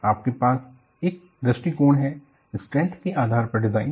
आपके पास एक दृष्टिकोण है स्ट्रेंथ के आधार पर डिजाइन